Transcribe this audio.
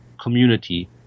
community